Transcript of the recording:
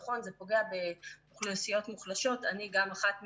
נכון, זה פוגע באוכלוסיות בסיכון, גם אני אחת מהן.